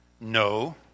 No